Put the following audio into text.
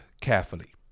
carefully